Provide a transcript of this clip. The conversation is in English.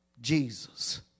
Jesus